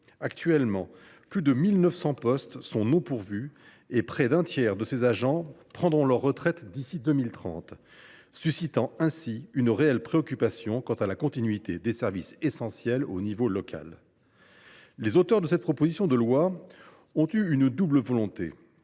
Actuellement, plus de 1 900 postes sont non pourvus et près d’un tiers des agents en activité prendront leur retraite d’ici à 2030, ce qui suscite une vive préoccupation quant à la continuité des services essentiels à l’échelon local. Les auteurs de cette proposition de loi ont eu une double volonté